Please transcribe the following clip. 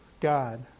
God